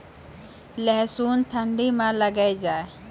लहसुन ठंडी मे लगे जा?